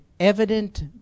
Evident